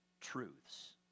truths